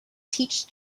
teach